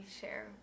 share